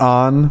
on